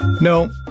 No